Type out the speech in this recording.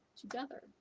together